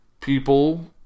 people